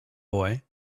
boy